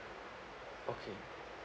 okay